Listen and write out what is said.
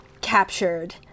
captured